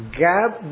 gap